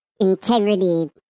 integrity